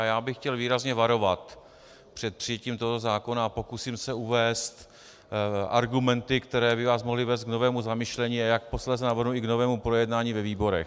Já bych chtěl výrazně varovat před přijetím toho zákona a pokusím se uvést argumenty, které by vás mohly vést k novému zamyšlení, a jak posléze navrhuji, k novému projednání ve výborech.